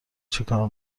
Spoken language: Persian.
چیکار